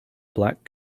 black